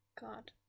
god